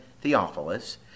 Theophilus